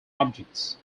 objects